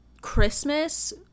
Christmas